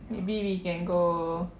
maybe we can go